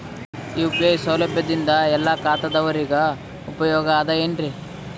UPI ಸೌಲಭ್ಯದಿಂದ ಎಲ್ಲಾ ಖಾತಾದಾವರಿಗ ಉಪಯೋಗ ಅದ ಏನ್ರಿ?